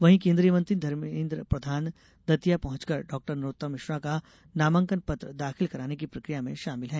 वहीं केन्द्रीय मंत्री धर्मेन्द्र प्रधान दतिया पहुंचकर डॉ नरोत्तम मिश्रा का नामांकन पत्र दाखिल कराने की प्रकिया में शाामिल हैं